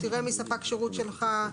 תראה מי ספק שירות שלך,